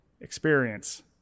experience